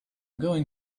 going